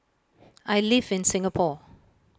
I live in Singapore